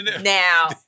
now